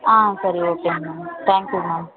ஆ சரி ஓகேமா thank you ma'am